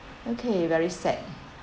okay very sad